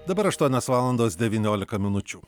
dabar aštuonios valandos devyniolika minučių